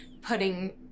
putting